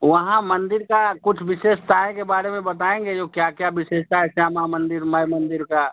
वहाँ मंदिर का कुछ विशेषतों के बारे में बताएँगे जो क्या क्या विशेषताएँ श्यामामय मंदिर में